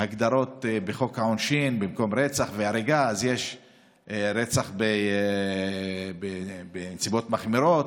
ההגדרות בחוק העונשין: במקום רצח והריגה יש רצח בנסיבות מחמירות,